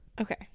Okay